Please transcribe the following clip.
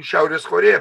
šiaurės korėja